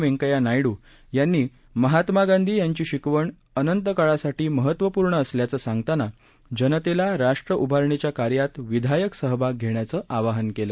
वेंकय्या नायड् यांनी महात्मा गांधी यांची शिकवण अनंतकाळासाठी महत्वपूर्ण असल्याचं सांगताना जनतेला राष्ट्र उभारणीच्या कार्यात विधायक सहभाग घेण्याचं आवाहन केलं